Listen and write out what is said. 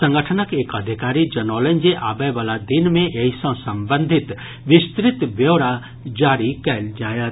संगठनक एक अधिकारी जनौलनि जे आबय वला दिन मे एहि सॅ संबंधित विस्तृत ब्यौरा जारी कयल जायत